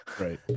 right